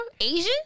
Asian